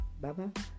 Bye-bye